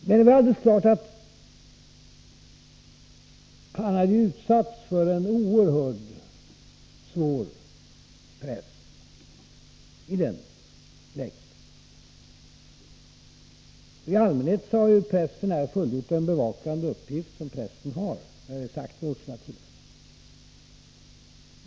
Men det är alldeles klart att Ove Rainer har utsatts för en oerhört svår press i det uppkomna läget. I allmänhet har ju pressen fullgjort den bevakande uppgift som pressen har. Det har jag sagt vid åtskilliga tillfällen.